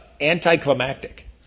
anticlimactic